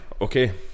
Okay